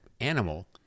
animal